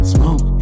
Smoke